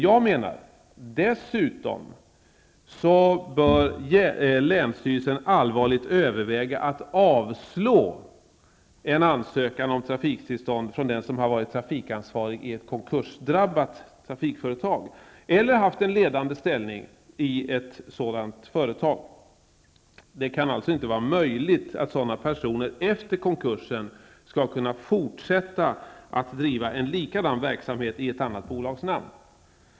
Jag menar att dessutom bör länsstyrelsen allvarligt överväga att avslå ansökan om trafiktillstånd från den som har varit trafikansvarig i ett konkursdrabbat trafikföretag eller haft en ledande ställning i ett sådant företag. Det kan alltså inte vara möjligt för sådana personer att efter konkursen bedriva en likadan verksamhet i ett annat bolagsnamn.